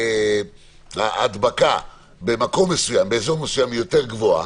אם ההדבקה באזור מסוים היא יותר גבוהה,